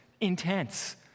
intense